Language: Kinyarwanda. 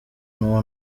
n’uwo